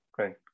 Okay